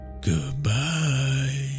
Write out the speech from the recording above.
Goodbye